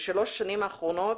בשלוש השנים האחרונות